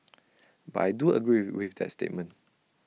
but I do agree with that statement